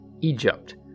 Egypt